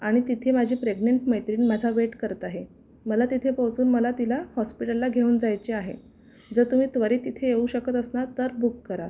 आणि तिथे माझी प्रेग्नंट मैत्रीण माझा वेट करत आहे मला तिथे पोहोचून मला तिला हॉस्पिटलला घेऊन जायचे आहे जर तुम्ही त्वरित इथे येऊ शकत असणार तर बुक करा